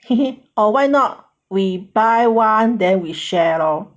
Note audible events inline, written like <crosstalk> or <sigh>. <laughs> or why not we buy one then we share lor